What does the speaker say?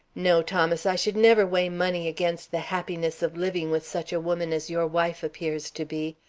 no, thomas, i should never weigh money against the happiness of living with such a woman as your wife appears to be.